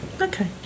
Okay